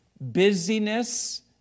busyness